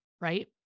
Right